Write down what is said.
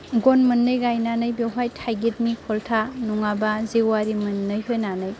गन मोननै गायनानै बेवहाय थाइगिरनि खल्था नङाबा जेवारि मोननै होनानै